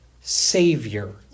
Savior